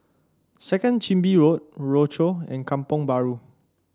Second Chin Bee Road Rochor and Kampong Bahru